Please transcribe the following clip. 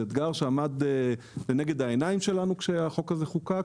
זה אתגר שעמד לנגד העיניים שלנו כשהחוק הזה חוקק.